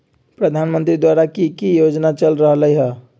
प्रधानमंत्री द्वारा की की योजना चल रहलई ह?